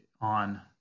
on